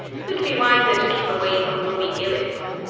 you'd be wiser to keep away from ruby gillis.